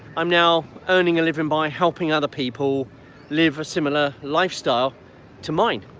i'm now earning a living by helping other people live a similar lifestyle to mine.